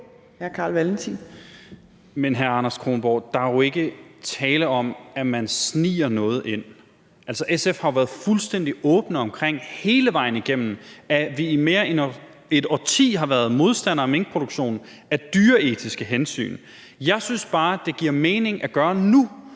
Men, hr. Anders Kronborg, der er jo ikke tale om, at man sniger noget ind. SF har jo været fuldstændig åbne omkring hele vejen igennem – i mere end et årti – at vi har været modstandere af minkproduktion af dyreetiske hensyn. Jeg synes bare, det giver mening at gøre